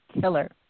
killer